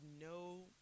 no